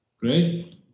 Great